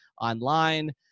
online